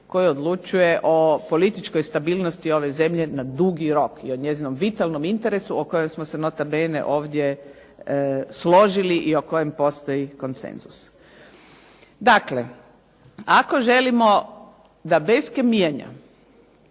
koji odlučuje o političkoj stabilnosti ove zemlje na dugi rok i o njezinom vitalnom interesu o kojem smo se nota bene ovdje složili i o kojem postoji konsenzus. Dakle, ako želimo da bez kemijanja